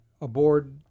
aboard